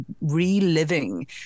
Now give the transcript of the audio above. reliving